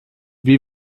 wie